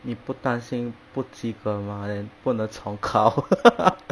你不担心不及格吗 then 不能重考